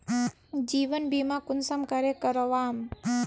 जीवन बीमा कुंसम करे करवाम?